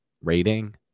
rating